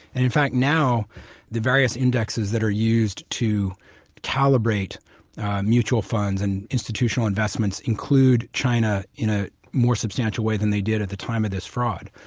and in fact, now the various indexes that are used to calibrate mutual funds and institutional investments include china in a more substantial way than they did at the time of this fraud.